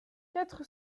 quatre